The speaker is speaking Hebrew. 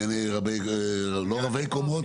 רבי-קומות.